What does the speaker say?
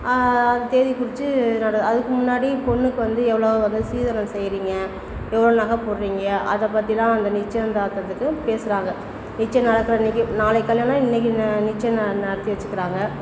தேதி குறித்து கடு அதுக்கு முன்னாடி பொண்ணுக்கு வந்து எவ்வளோ வந்து சீதனம் செய்கிறீங்க எவ்வளோ நகை போடுறீங்க அதைப்பத்திலாம் அந்த நிச்சியந்தார்த்ததுக்கு பேசுகிறாங்க நிச்சயம் நடக்கிற அன்றைக்கு நாளைக்கு கல்யாணம்னா இன்றைக்கு நே நிச்சயம் ந நடத்தி வச்சிக்கிறாங்க